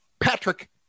Patrick